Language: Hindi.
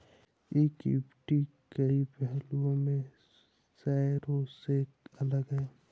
इक्विटी कई पहलुओं में शेयरों से अलग है